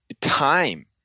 time